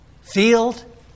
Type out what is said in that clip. field